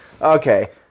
okay